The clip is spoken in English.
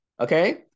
okay